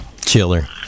chiller